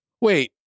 Wait